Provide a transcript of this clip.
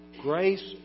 grace